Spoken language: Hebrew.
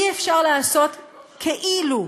אי-אפשר לעשות כאילו,